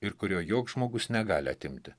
ir kurio joks žmogus negali atimti